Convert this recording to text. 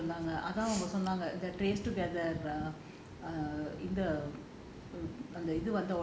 ஆமா ரொம்ப கஷ்டமா தேடிட்டு இருந்தாங்க:aama romba kashtama thedittu irunthaanga